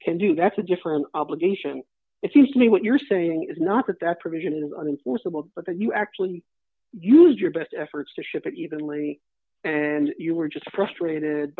can do that's a different obligation it seems to me what you're saying is not that that provision is an forcible but that you actually use your best efforts to ship it evenly and you were just frustrated